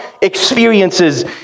experiences